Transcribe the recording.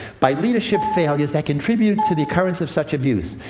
by leadership failures that contributed to the occurrence of such abuse,